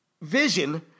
vision